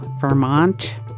Vermont